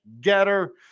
getter